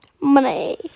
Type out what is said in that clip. Money